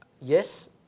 Yes